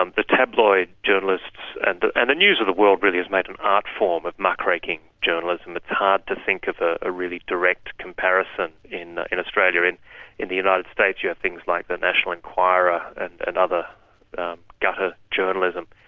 um the tabloid journalists and the and news of the world really has made an art form of muck-raking journalism it's hard to think of a ah really direct comparison in in australia. in in the united states you have things like the national inquirer and and other gutter journalism,